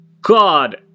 God